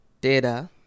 data